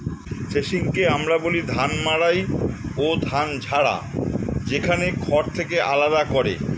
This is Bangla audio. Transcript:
থ্রেশিংকে আমরা বলি ধান মাড়াই ও ধান ঝাড়া, যেখানে খড় থেকে আলাদা করে